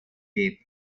geb